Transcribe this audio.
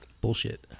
Bullshit